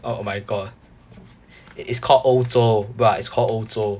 oh my god it is called 欧洲 bruh it's called 欧洲